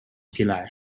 pilar